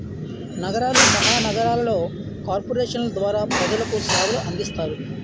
నగరాలు మహానగరాలలో కార్పొరేషన్ల ద్వారా ప్రజలకు సేవలు అందిస్తారు